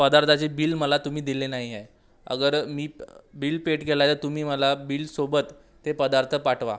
पदार्थाचे बिल मला तुम्ही दिले नाही आहे अगर मी बिल पेड केला आहे तर तुम्ही मला बिलसोबत ते पदार्थ पाठवा